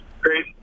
Great